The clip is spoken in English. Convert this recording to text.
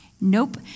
nope